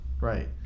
right